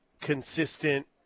consistent